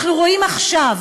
אנחנו רואים עכשיו